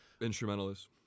Instrumentalists